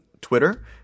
twitter